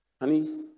Honey